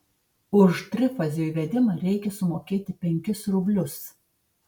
už trifazio įvedimą reikia sumokėti penkis rublius